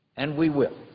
and we will,